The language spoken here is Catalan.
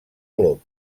glop